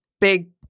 big